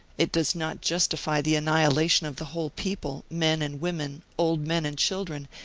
it does not justify the annihilation of the whole people, men and women old men and children,